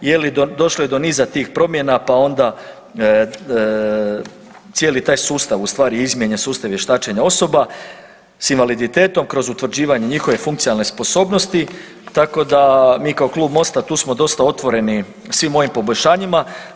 Došlo je do niza tih promjena pa onda cijeli taj sustav je u stvari izmijenjen, sustav vještačenja osoba sa invaliditetom kroz utvrđivanje njihove funkcionalne sposobnosti, tako da mi kao klub MOST-a tu smo dosta otvoreni svim mojim poboljšanjima.